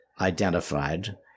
identified